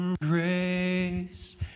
Grace